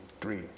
three